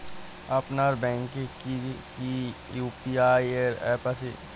আপনার ব্যাংকের কি কি ইউ.পি.আই অ্যাপ আছে?